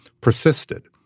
persisted